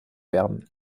werden